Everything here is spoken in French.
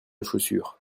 chaussures